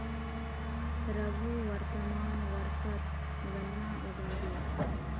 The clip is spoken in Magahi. रघु वर्तमान वर्षत गन्ना उगाबे